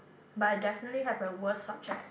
but I definitely have a worst subject